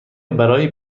برای